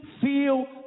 feel